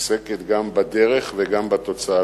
עוסקת גם בדרך וגם בתוצאה,